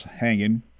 hanging